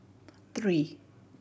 three